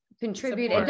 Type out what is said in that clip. contribute